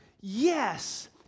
yes